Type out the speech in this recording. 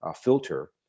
Filter